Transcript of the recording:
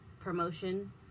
promotion